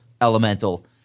elemental